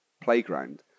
playground